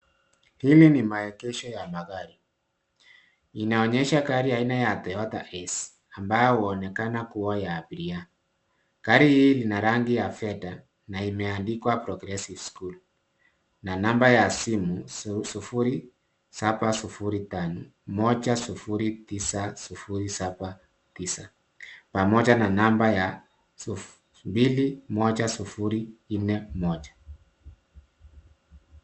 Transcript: Hili ni maegesho ya magari. Inaonyesha gari ya aina ya Toyota Ace ambayo huonekana kuwa ya abiria. Gari hii lina rangi ya fedha na imeandikwa Progessive School na namba ya simu sufuri saba sufuri tano moja sufuri tisa sufuri saba tisa pamoja na namba ya mbili moja sufuri nne moja.